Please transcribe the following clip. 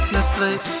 Netflix